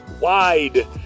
wide